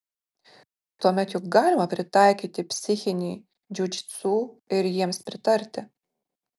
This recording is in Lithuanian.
tuomet juk galima pritaikyti psichinį džiudžitsu ir jiems pritarti